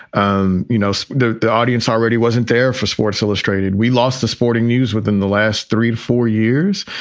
um you know, so the the audience already wasn't there for sports illustrated. we lost the sporting news within the last three to four years.